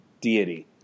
deity